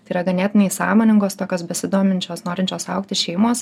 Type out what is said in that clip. tai yra ganėtinai sąmoningos tokios besidominčios norinčios augti šeimos